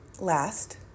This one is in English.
last